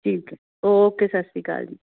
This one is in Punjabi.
ਠੀਕ ਹੈ ਓਕੇ ਸਤਿ ਸ਼੍ਰੀ ਅਕਾਲ ਜੀ